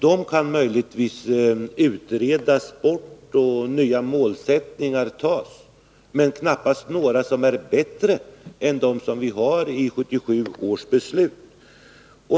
De kan möjligtvis utredas bort och nya målsättningar tas — men knappast några som är bättre än dem som vi har i 1977 års beslut.